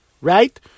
right